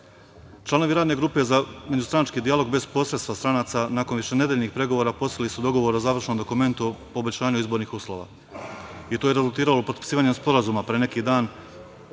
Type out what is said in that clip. izbor. Članovi Radne grupe za međustranački dijalog bez posredstva stranaca, nakon višenedeljnih pregovora, postigli su dogovor o završnom dokumentu o poboljšanju izbornih uslova. To je rezultiralo potpisivanjem sporazuma pre neki dan.